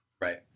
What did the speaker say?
Right